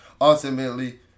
ultimately